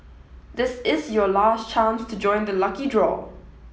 this is your last chance to join the lucky draw